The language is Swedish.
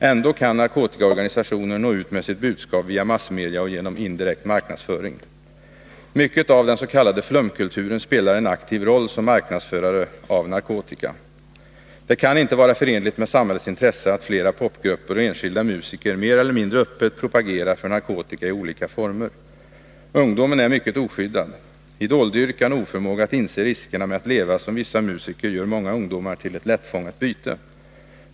Ändå kan narkotikaorganisationer nå ut med sitt budskap via massmedia och genom indirekt marknadsföring. Mycket av den s.k. flumkulturen spelar en aktiv roll som marknadsförare av narkotika. Det kan inte vara förenligt med samhällets intresse att flera popgrupper och enskilda musiker mer eller mindre öppet propagerar för narkotika i olika former. Ungdomen är mycket oskyddad. Idoldyrkan och oförmåga att inse riskerna med att leva som vissa musiker gör många ungdomar till lättfångat byte.